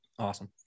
Awesome